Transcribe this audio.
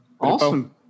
Awesome